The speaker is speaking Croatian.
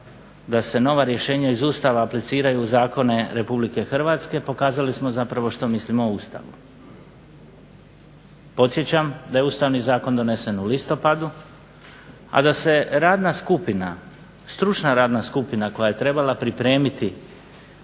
da se nova rješenja iz Ustava apliciraju u zakone RH pokazali smo zapravo što mislimo o Ustavu. Podsjećam da je Ustavni zakon donesen u listopadu, a da se radna skupina, stručna radna skupina koja je trebala pripremiti